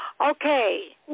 Okay